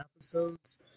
episodes